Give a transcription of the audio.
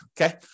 okay